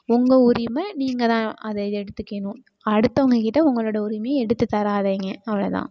உங்கள் உரிமை நீங்கள் தான் அதை எடுத்துக்கணும் அடுத்தவங்க கிட்டே உங்களோடய உரிமையை எடுத்து தர்றாதிங்க அவ்வளோ தான்